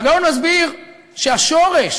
הגאון מסביר שהשורש